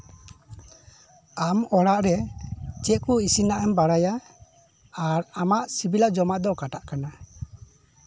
ᱟᱢ ᱚᱲᱟᱜᱨᱮ ᱪᱮᱫ ᱤᱥᱤᱱᱟᱜ ᱮᱢ ᱵᱟᱲᱟᱭᱟ ᱟᱨ ᱟᱢᱟᱜ ᱥᱤᱵᱤᱞᱟᱜ ᱡᱚᱢᱟᱜ ᱫᱚ ᱚᱠᱟᱴᱟᱜ ᱠᱟᱱᱟ